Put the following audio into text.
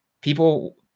people